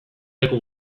leku